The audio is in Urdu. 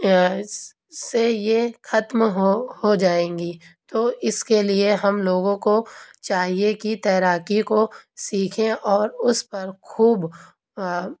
اس سے یہ ختم ہو ہوجائیں گیں تو اس کے لیے ہم لوگوں کو چاہیے کہ تیراکی کو سیکھیں اور اس پر خوب